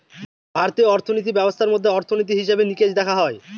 ভারতীয় অর্থিনীতি ব্যবস্থার মধ্যে অর্থনীতি, হিসেবে নিকেশ দেখা হয়